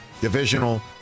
divisional